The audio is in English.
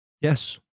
Yes